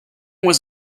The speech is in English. was